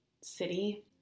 city